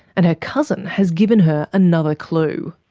and her cousin has given her another clue.